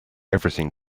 everything